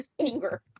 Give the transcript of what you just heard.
anger